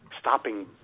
stopping